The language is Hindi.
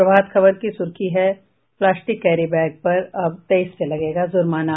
प्रभात खबर की सुर्खी है प्लास्टिक कैरी बैग पर अब तेईस से लगेगा जुर्माना